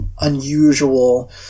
unusual